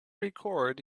record